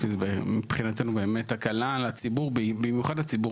כי זה מבחינתנו באמת הקלה על הציבור במיוחד לציבור